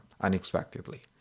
unexpectedly